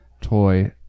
Toy